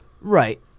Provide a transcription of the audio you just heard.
Right